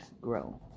grow